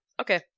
Okay